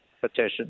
petition